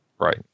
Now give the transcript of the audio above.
right